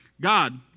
God